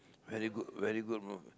very good very good move